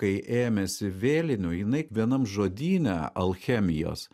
kai ėmėsi vėlinių jinai vienam žodyne alchemijos